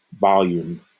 volume